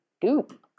goop